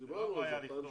דיברנו על זה בפעם שעברה.